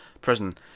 prison